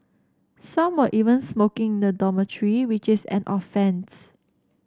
some were even smoking in the dormitory which is an offence